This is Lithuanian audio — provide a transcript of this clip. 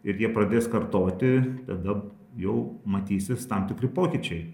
ir jie pradės kartoti tada jau matysis tam tikri pokyčiai